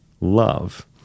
love